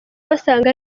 basanga